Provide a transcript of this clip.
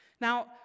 Now